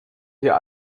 hier